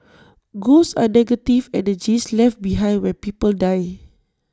ghosts are negative energies left behind when people die